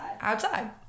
Outside